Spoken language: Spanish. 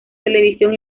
televisión